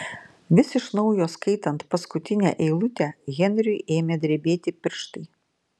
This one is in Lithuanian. vis iš naujo skaitant paskutinę eilutę henriui ėmė drebėti pirštai